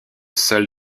seul